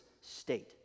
state